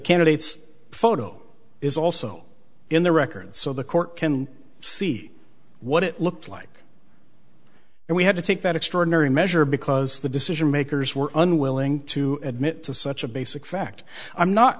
candidates photo is also in the record so the court can see what it looked like and we had to take that extraordinary measure because the decision makers were unwilling to admit to such a basic fact i'm not